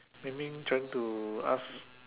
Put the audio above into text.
meaning trying to ask